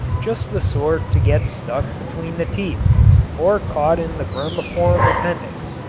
just the sort to get stuck between the teeth or caught in the vermiform appendix.